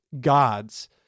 gods